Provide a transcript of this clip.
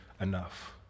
enough